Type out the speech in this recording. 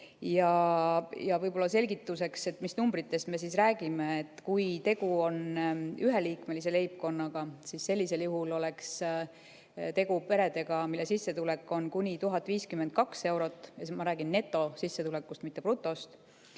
Võib-olla selgituseks, mis numbritest me räägime. Kui tegu on üheliikmelise leibkonnaga, siis sellisel juhul on tegu perega, kelle sissetulek on kuni 1052 eurot, ma räägin netosissetulekust, mitte brutost.